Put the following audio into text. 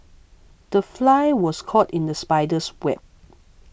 the fly was caught in the spider's web